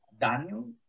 Daniel